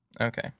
Okay